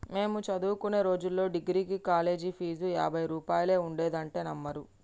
మేము చదువుకునే రోజుల్లో డిగ్రీకి కాలేజీ ఫీజు యాభై రూపాయలే ఉండేదంటే నమ్మరు